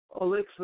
Alexa